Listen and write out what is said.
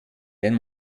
wenn